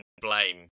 blame